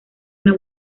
una